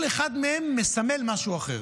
כל אחד מהם מסמל משהו אחר.